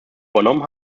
übernommen